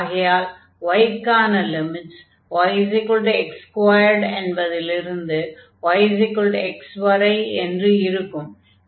ஆகையால் y க்கான limits yx2 என்பதிலிருந்து y x வரை என்று இருக்கும்